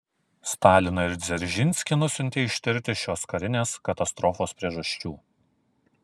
staliną ir dzeržinskį nusiuntė ištirti šios karinės katastrofos priežasčių